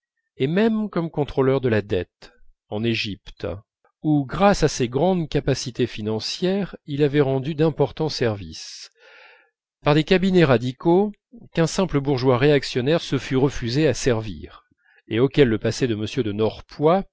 et même comme contrôleur de la dette en égypte où grâce à ses grandes capacités financières il avait rendu d'importants services par des cabinets radicaux qu'un simple bourgeois réactionnaire se fût refusé à servir et auxquels le passé de m de